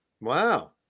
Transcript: Wow